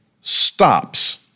stops